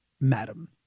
madam